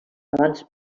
abans